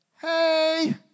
hey